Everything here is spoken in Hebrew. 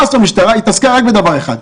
היא התעסקה רק בדבר אחד,